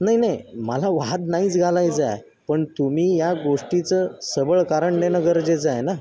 नाही नाही मला वाद नाहीच घालायचा आहे पण तुम्ही या गोष्टीचं सबळ कारण देणं गरजेचं आहे ना